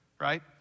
right